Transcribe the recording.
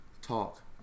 talk